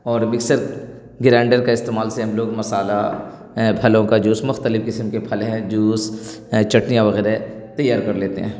اور mixer grinder کا استعمال سے ہم لوگ مسالہ ایں پھلوں کا جوس مختلف قسم کے پھل ہیں جوس چٹنیاں وغیرہ تیار کر لیتے ہیں